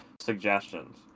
suggestions